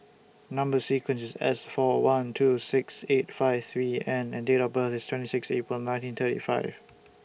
Number sequence IS S four one two six eight five three N and Date of birth IS twenty six April nineteen thirty five